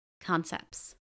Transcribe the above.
concepts